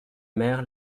mère